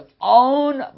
own